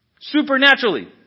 Supernaturally